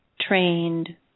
trained